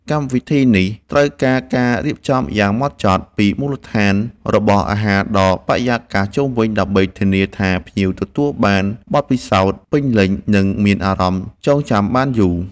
កម្មវិធីនេះត្រូវការការរៀបចំយ៉ាងម៉ត់ចត់ពីមូលដ្ឋានរបស់អាហារដល់បរិយាកាសជុំវិញដើម្បីធានាថាភ្ញៀវទទួលបានបទពិសោធន៍ពេញលេញ និងមានអារម្មណ៍ចងចាំបានយូរ។